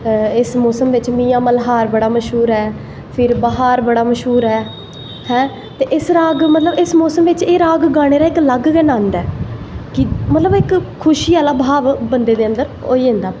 इस मौसम बिच्च मल्हार बड़ा मश्हूर ऐ फिर मल्हार बड़ा मश्हूर ऐ ते हैं इस मौसम बिच्च मतलव एह् राग गाने दा इक अलग गै नन्द ऐ कि मतलव इक खुशी आह्ला भाव बंदे दे अन्दर होई जंदा